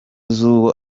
z’uwo